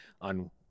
on